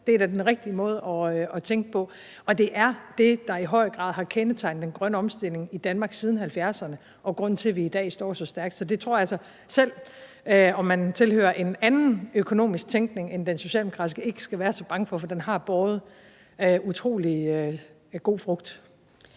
det er da den rigtige måde at tænke på. Og det er det, der i høj grad har kendetegnet den grønne omstilling i Danmark siden 1970'erne, og det er grunden til, at vi i dag står så stærkt. Så selv om man tilhører en anden økonomisk tænkning end den socialdemokratiske, skal man ikke være så bange for det, for det har i høj grad